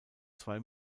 zwei